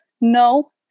No